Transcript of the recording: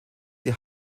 die